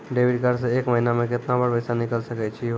Debit card से एक महीना मा केतना बार पैसा निकल सकै छि हो?